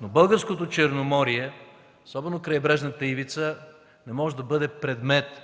Българското Черноморие, особено крайбрежната ивица, не може да бъде предмет